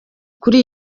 kuri